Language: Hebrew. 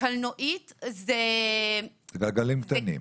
קלנועית זה --- גלגלים קטנים.